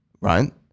right